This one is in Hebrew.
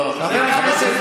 אבל יש לנו,